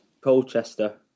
Colchester